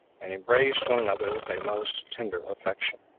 and embraced one another with a most tender affection.